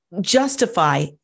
justify